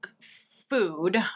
food